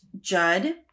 Judd